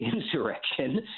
insurrection